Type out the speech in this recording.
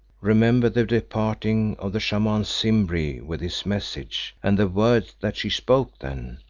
remember the departing of the shaman simbri with his message and the words that she spoke then.